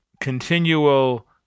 continual